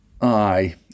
Aye